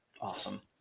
Awesome